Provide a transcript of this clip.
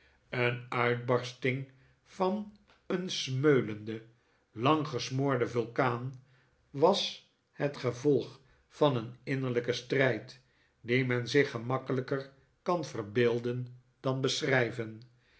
een uitbarsting van een smeulenden lang gesmoorden vulkaan was het gevolg van een innerlijken strijd dien men zich gemakkelijker kan verbeelden dan beschrijven